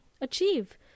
achieve